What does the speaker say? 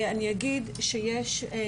אני אגיד שבמסגרות